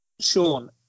Sean